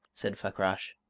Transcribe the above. said fakrash.